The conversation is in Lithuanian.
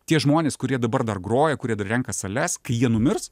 tie žmonės kurie dabar dar groja kurie dar renka sales kai jie numirs